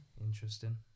interesting